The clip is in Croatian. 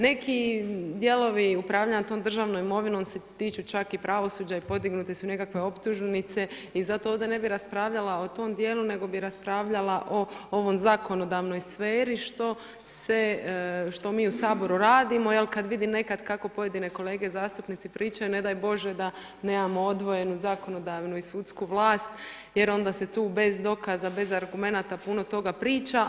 Neki dijelovi upravljanja tom državnom imovinom, se tiču čak i pravosuđa i podignute su nekakve optužnice i zato ovdje ne bi raspravljala o tom dijelu, nego bi raspravljala o ovoj zakonodavnoj sferi, što mi u Saboru radimo, jer kada vidim nekad kako pojedine kolege zastupnici pričaju, ne daj Bože da nemamo odvojenu zakonodavnu i sudsku vlast, jer onda se tu bez dokaza, bez argumenata puno toga priča.